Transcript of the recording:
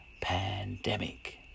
pandemic